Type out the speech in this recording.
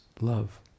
love